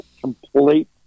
Complete